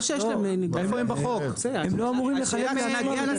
הם מסתתרים מאחורה.